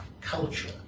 culture